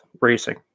racing